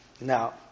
Now